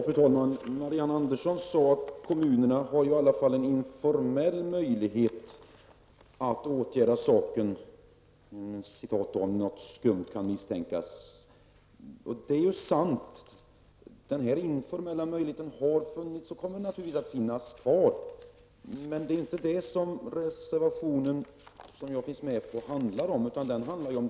Fru talman! Marianne Andersson sade att kommunerna i alla fall har en informell möjlighet att åtgärda saken, ''om något skumt kan misstänkas''. Det är sant. Denna informella möjlighet har funnits och kommer naturligtvis att finnas kvar. Men det är inte det som reservationen i fråga, vilken jag har skrivit under, handlar om.